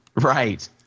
Right